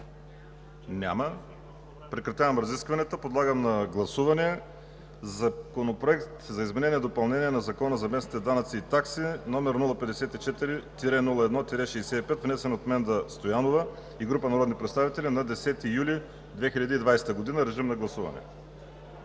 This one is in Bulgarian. Няма. Прекратявам разискванията. Подлагам на гласуване Законопроект за изменение и допълнение на Закона за местните данъци и такси, № 054-01-65, внесен от Менда Стоянова и група народни представители на 10 юли 2020г. Гласували